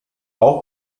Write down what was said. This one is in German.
auch